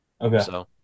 Okay